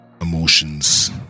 emotions